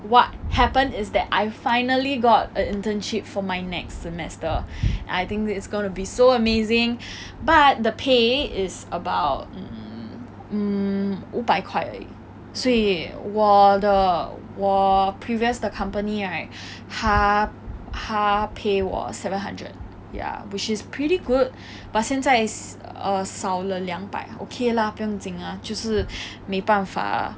what happened is that I finally got a internship for my next semester I think it's gonna be so amazing but the pay is about mm 五百块而已所以我的我 previous 的 company right 他他 pay 我 seven hundred ya which is pretty good but 现在 err 少了两百 okay lah 不用紧 lah 就是没办法